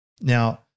Now